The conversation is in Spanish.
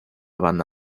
banda